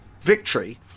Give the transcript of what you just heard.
victory